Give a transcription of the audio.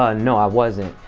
ah no, i wasn't.